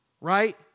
right